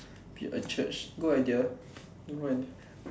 build a church good idea good one